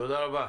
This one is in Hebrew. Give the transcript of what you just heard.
תודה רבה.